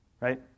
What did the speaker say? right